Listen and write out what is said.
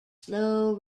slow